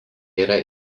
yra